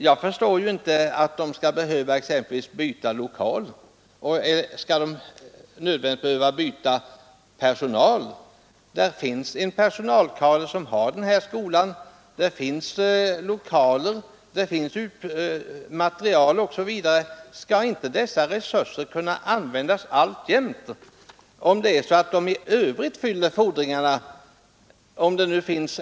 Jag förstår inte att man skall behöva byta lokal och inte heller att man nödvändigtvis skall behöva byta personal. Om det finns en personalkader, lokaler, material osv. på en skola, skall väl dessa resurser kunna användas även i fortsättningen.